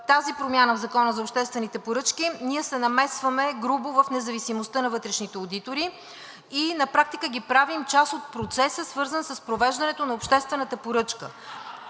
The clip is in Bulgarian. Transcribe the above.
тази промяна в Закона за обществените поръчки ние грубо се намесваме в независимостта на вътрешните одитори и на практика ги правим част от процеса, свързан с провеждането на обществената поръчка.